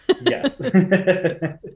Yes